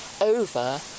over